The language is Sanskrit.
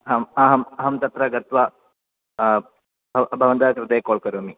आम् अहम् अहं तत्र गत्वा भव भवन्तः कृते काल् करोमि